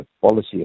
policy